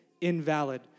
invalid